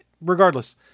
Regardless